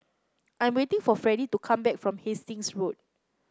I'm waiting for Freddy to come back from Hastings Road